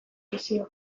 misio